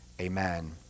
amen